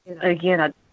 Again